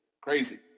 Crazy